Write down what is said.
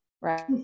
Right